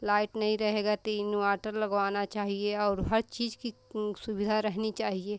light नहीं रहेगा तो इन्वाटर लगवाना चाहिए और हर चीज़ की ऊं सुविधा रहनी चाहिए